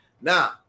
now